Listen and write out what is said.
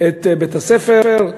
את בית-הספר,